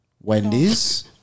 Wendy's